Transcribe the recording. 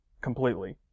completely